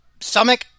stomach